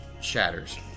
shatters